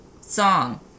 song